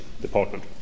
Department